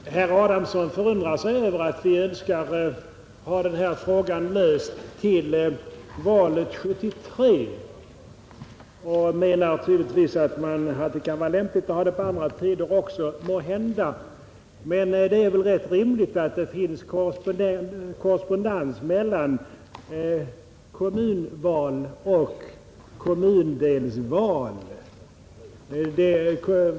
Herr talman! Herr Adamsson förundrade sig över att vi önskar ha den här frågan löst till valet 1973 och menar tydligen att det kunde vara lämpligt att ha valet på annan tid. Måhända, Men det är väl rätt rimligt att det finns korrespondens mellan kommunval och kommundelsval.